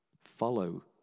follow